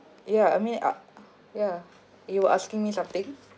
ya I mean uh ya you were asking me something